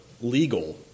legal